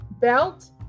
Belt